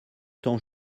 temps